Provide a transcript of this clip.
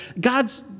God's